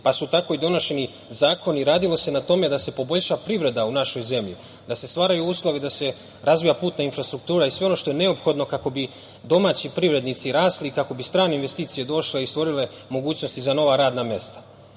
pa su tako i donošeni zakoni. Radilo se na tome da se poboljša privreda u našoj zemlji, da se stvaraju uslovi da se razvija putna infrastruktura i sve ono što je neophodno kako bi domaći privrednici rasli, kako bi strane investicije došle i stvorile mogućnosti za nova radna mesta.